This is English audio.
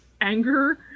anger